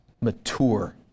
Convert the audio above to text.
mature